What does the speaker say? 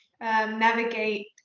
navigate